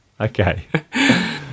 okay